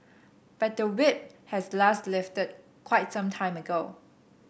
but the Whip has last lifted quite some time ago